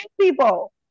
people